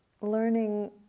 learning